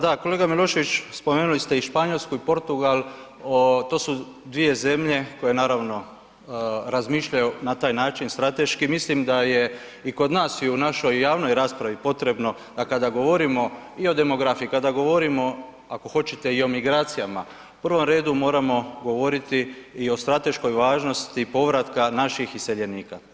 Da, kolega Milošević spomenuli ste i Španjolsku i Portugal, to su dvije zemlje koje naravno razmišljaju na taj način strateški i mislim da je i kod nas i u našoj javnoj raspravi potrebno da kada govorimo i o demografiji i kada govorimo, ako hoćete i o migracijama, u prvom redu moramo govoriti i o strateškoj važnosti povratka našim iseljenika.